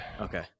Okay